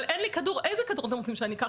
אבל אין לי כדור, איזה כדור אתם רוצים שאני אקח?